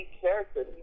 character